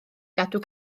gadw